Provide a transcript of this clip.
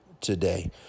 today